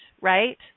right